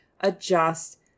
adjust